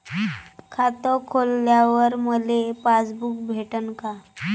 खातं खोलल्यावर मले पासबुक भेटन का?